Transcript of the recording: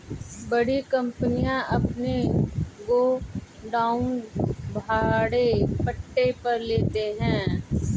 बड़ी कंपनियां अपने गोडाउन भाड़े पट्टे पर लेते हैं